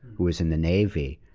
who was in the navy,